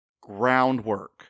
groundwork